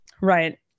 right